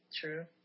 True